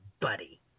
buddy